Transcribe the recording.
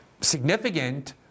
significant